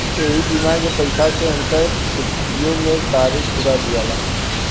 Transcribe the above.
ऐही बीमा के पईसा से उनकर छुट्टीओ मे तारीख पुरा दियाला